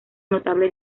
notable